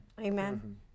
Amen